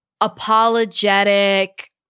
Apologetic